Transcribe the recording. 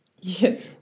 yes